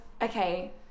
Okay